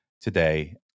today